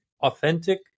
authentic